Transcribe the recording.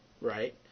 Right